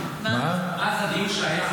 אז הדיון שהיה,